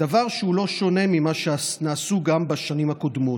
דבר שהוא לא שונה ממה שנעשה גם בשנים הקודמות.